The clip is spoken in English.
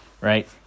right